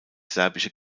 serbische